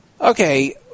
Okay